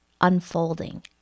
unfolding